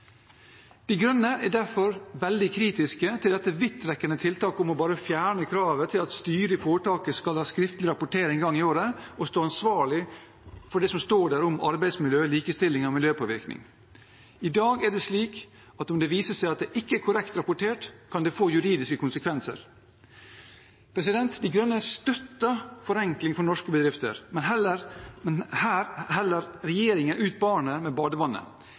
De Grønne er derfor veldig kritiske til et vidtrekkende tiltak om bare å fjerne kravet til at styret i foretaket skal ha skriftlig rapportering en gang i året og stå ansvarlig for det som står der om arbeidsmiljø, likestilling og miljøpåvirkning. I dag er det slik at om det viser seg at det ikke er korrekt rapportert, kan det få juridiske konsekvenser. Miljøpartiet De Grønne støtter forenkling for norske bedrifter, men her heller regjeringen barnet ut med badevannet.